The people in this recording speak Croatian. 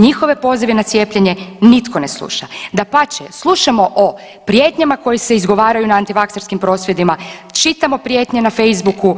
Njihove pozive na cijepljenje nitko ne sluša, dapače slušamo o prijetnjama koje se izgovaraju na atnivakserskim prosvjedima, čitamo prijetnje na Facebooku,